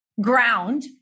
ground